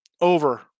over